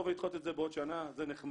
לדחות את זה בעוד שנה זה נחמד,